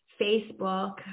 Facebook